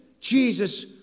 Jesus